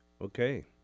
Okay